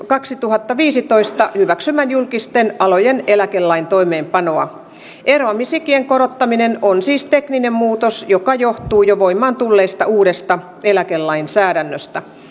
kaksituhattaviisitoista hyväksymän julkisten alojen eläkelain toimeenpanoa eroamisikien korottaminen on siis tekninen muutos joka johtuu jo voimaan tulleesta uudesta eläkelainsäädännöstä